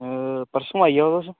परसूं आई जाओ तुस